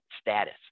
status